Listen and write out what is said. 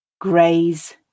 Graze